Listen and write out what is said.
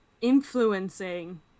influencing